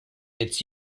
its